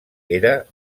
era